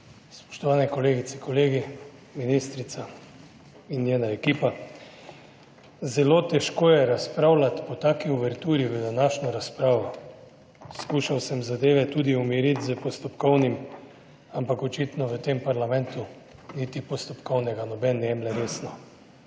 Spoštovani kolegice, kolegi, ministrica in njena ekipa! Zelo težko je razpravljati po taki uverturi v današnjo razpravo. Skušal sem zadeve tudi umiriti s postopkovnim, ampak očitno v tem parlamentu niti postopkovnega noben ne jemlje resno.